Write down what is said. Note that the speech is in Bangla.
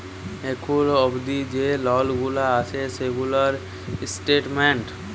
এখুল অবদি যে লল গুলা আসে সেগুলার স্টেটমেন্ট